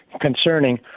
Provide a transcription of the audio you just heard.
concerning